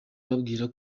ababwira